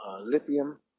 lithium